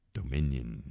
Dominion